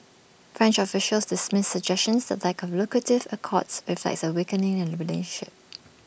French officials dismiss suggestions the lack of lucrative accords reflects A weakening in the relationship